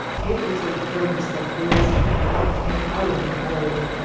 it is a furnace that whirls heat up and out of the bowl,